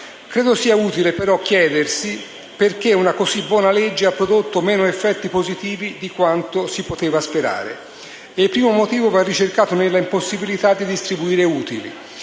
Credo sia però utile chiedersi perché una così buona legge ha prodotto meno effetti positivi di quanto si poteva sperare. Il primo motivo va ricercato nell'impossibilità di distribuire utili.